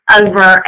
over